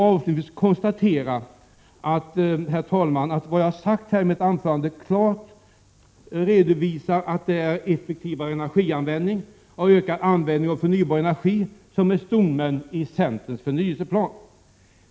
Avslutningsvis vill jag konstatera att det i mitt anförande klart har framgått att det är effektivare energianvändning och ökad användning av förnybar energi som är stommen i centerns förnyelseplan.